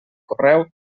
correu